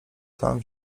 sam